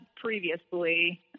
previously